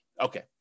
Okay